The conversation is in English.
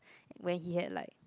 when he had like